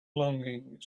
longing